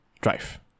drive